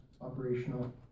operational